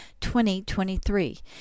2023